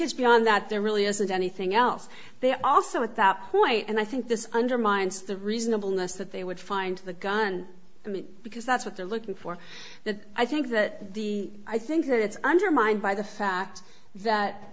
is beyond that there really isn't anything else they also at that point and i think this undermines the reasonableness that they would find the gun i mean because that's what they're looking for that i think that the i think that it's undermined by the fact that